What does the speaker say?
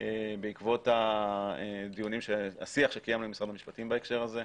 בעקבות השיח שקיימנו עם משרד המשפטים בהקשר הזה.